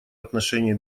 отношении